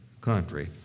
country